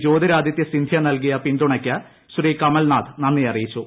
ജ്യോതിരാദിത്യ സിന്ധ്യ നൽകിയ പിന്തുണയ്ക്ക് ശ്രീ കമൽനാഥ് നന്ദി അറിയിച്ചു